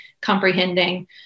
comprehending